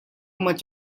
much